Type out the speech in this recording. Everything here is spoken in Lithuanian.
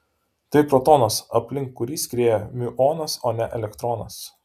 tai protonas aplink kurį skrieja miuonas o ne elektronas